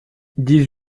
dix